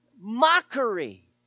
mockery